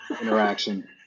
interaction